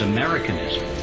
Americanism